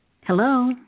Hello